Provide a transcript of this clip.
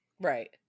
Right